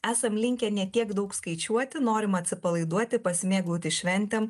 esam linkę ne tiek daug skaičiuoti norim atsipalaiduoti pasimėgauti šventėm